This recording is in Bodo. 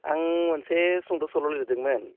आं मोनसे सुंद' सल' लिरदोंमोन